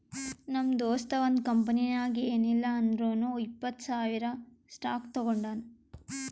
ನಮ್ ದೋಸ್ತ ಒಂದ್ ಕಂಪನಿನಾಗ್ ಏನಿಲ್ಲಾ ಅಂದುರ್ನು ಇಪ್ಪತ್ತ್ ಸಾವಿರ್ ಸ್ಟಾಕ್ ತೊಗೊಂಡಾನ